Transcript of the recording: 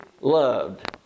loved